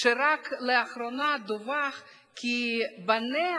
שרק לאחרונה דווח כי בניהם